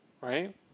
Right